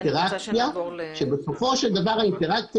המעקלים עושים אחורה פנה,